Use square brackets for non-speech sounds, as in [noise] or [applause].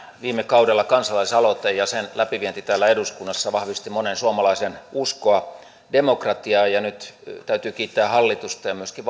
viime kaudella kansalaisaloite ja sen läpivienti täällä eduskunnassa vahvisti monen suomalaisen uskoa demokratiaan ja nyt täytyy kiittää hallitusta ja myöskin [unintelligible]